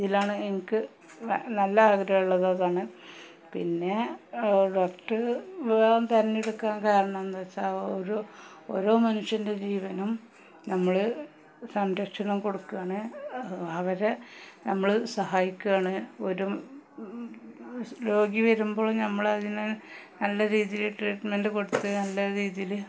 ഇതിലാണ് എനിക്ക് നല്ല ആഗ്രഹം ഉള്ളതതാണ് പിന്നെ ഡോക്ടര് വിഭാഗം തെരഞ്ഞെടുക്കാന് കാരണം എന്താണെന്നുവെച്ചാല് ഒരു ഓരോ മനുഷ്യൻ്റെ ജീവനും നമ്മള് സംരക്ഷണം കൊടുക്കുവാണെങ്കില് അവരെ നമ്മള് സഹായിക്കുകയാണ് ഒരു രോഗി വരുമ്പോള് നമ്മളതിന് നല്ല രീതിയില് ട്രീറ്റ്മെൻട് കൊടുത്ത് നല്ല രീതിയില്